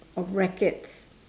of rackets